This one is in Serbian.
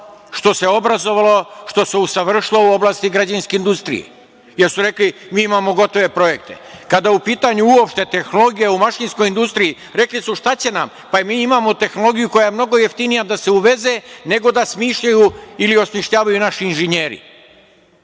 što se obrazovalo, što se usavršilo u oblasti građevinske industrije, jer su rekli mi imamo gotove projekte. Kada je u pitanju uopšte tehnologija u mašinskoj industriji, rekli su – šta će nam, pa, mi imamo tehnologiju koja je mnogo jeftinija da se uveze, nego da smišljaju ili osmišljavaju naši inženjeri.